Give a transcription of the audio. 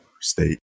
state